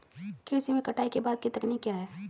कृषि में कटाई के बाद की तकनीक क्या है?